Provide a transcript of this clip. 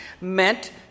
meant